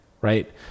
right